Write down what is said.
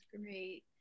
great